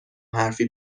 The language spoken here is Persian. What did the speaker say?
حرفی